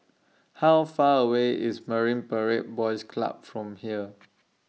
How Far away IS Marine Parade Boys Club from here